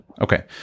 Okay